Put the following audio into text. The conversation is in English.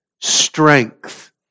Strength